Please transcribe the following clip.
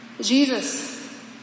Jesus